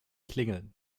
klingeln